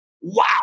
Wow